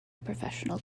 professional